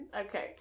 Okay